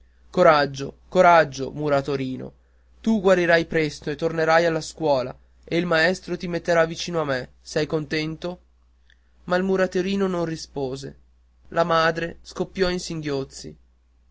coraggio coraggio muratorino tu guarirai presto e tornerai alla scuola e il maestro ti metterà vicino a me sei contento ma il muratorino non rispose la madre scoppiò in singhiozzi